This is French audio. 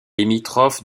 limitrophe